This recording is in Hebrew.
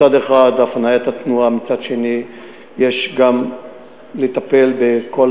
מצד אחד הפניית התנועה, מצד שני יש גם לטפל בכל